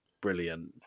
brilliant